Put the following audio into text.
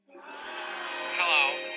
Hello